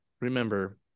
remember